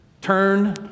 turn